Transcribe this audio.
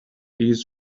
his